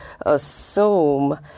assume